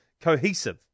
cohesive